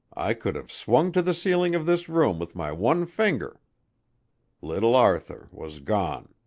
i could've swung to the ceiling of this room with my one finger little arthur was gone.